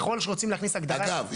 ככל שרוצים להכניס הגדרה --- אגב,